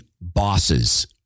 bosses